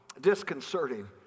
disconcerting